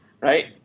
right